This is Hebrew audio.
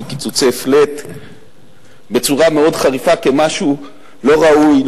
של קיצוצי flat בצורה מאוד חריפה כמשהו לא ראוי,